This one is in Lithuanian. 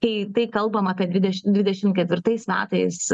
tai tai kalbame apie dvidešimt dvidešimt ketvirtais metais